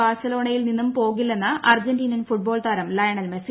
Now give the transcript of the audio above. ബാഴ്സലോണയിൽ നിന്നും പോകില്ലെന്ന് അർജന്റീനൻ ഫുട്ബോൾ താരം ലയണൽ മെസ്സി